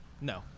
No